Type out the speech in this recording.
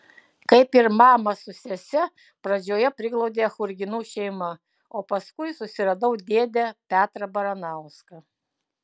kaip ir mamą su sese pradžioje priglaudė churginų šeima o paskui susiradau dėdę petrą baranauską